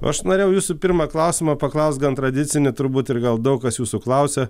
aš norėjau jūsų pirmą klausimą paklaust gan tradicinį turbūt ir gal daug kas jūsų klausia